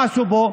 מה עשו בו?